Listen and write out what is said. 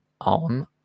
on